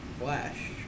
flash